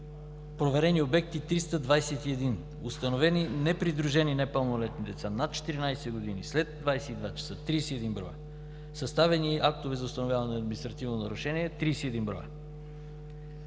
проверени обекти – 321, установени непридружени непълнолетни деца над 14 години след 22,00 ч. – 31, съставени актове за установяване на административно нарушение – 31.